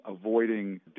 avoiding